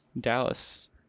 Dallas